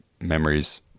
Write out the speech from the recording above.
memories